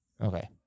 Okay